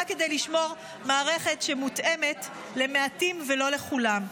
רק כדי לשמור מערכת שמותאמת למעטים ולא לכולם.